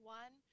one